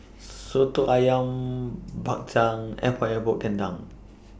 Soto Ayam Bak Chang Epok Epok Kentang